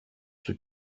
του